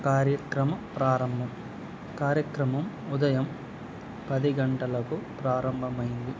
కార్యక్రమ ప్రారంభం కార్యక్రమం ఉదయం పది గంటలకు ప్రారంభమైంది